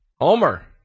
Homer